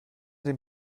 den